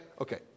Okay